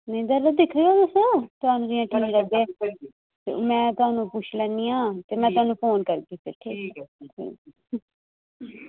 चलो दिक्खो तुस सुआरियां किन्नियां करदे में पुच्छी लैन्नी आं में थुहानू फोन करगी फिर